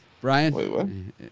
Brian